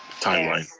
timeline.